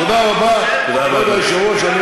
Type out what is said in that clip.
תודה רבה, כבוד היושב-ראש.